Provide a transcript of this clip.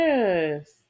Yes